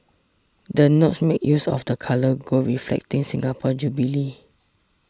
the notes make use of the colour gold reflecting Singapore Jubilee